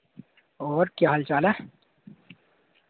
और केह् हाल चाल ऐ